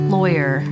Lawyer